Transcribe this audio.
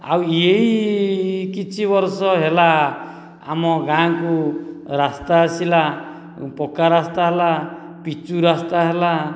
ଆଉ ଏଇ କିଛି ବର୍ଷ ହେଲା ଆମ ଗାଁକୁ ରାସ୍ତା ଆସିଲା ପକ୍କା ରାସ୍ତା ହେଲା ପିଚୁ ରାସ୍ତା ହେଲା